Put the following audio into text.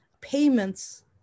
payments